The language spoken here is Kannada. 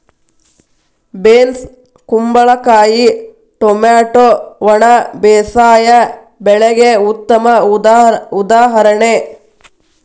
ಬೇನ್ಸ್ ಕುಂಬಳಕಾಯಿ ಟೊಮ್ಯಾಟೊ ಒಣ ಬೇಸಾಯ ಬೆಳೆಗೆ ಉತ್ತಮ ಉದಾಹರಣೆ